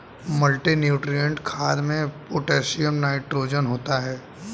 multinutrient खाद में potassium nitrogen होता है